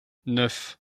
neuf